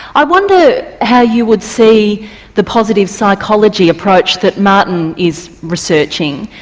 i wonder how you would see the positive psychology approach that martin is researching,